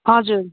हजुर